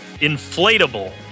inflatable